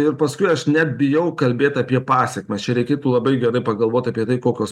ir paskui aš net bijau kalbėt apie pasekmes čia reikėtų labai gerai pagalvot apie kokios